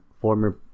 former